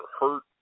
hurt